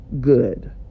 good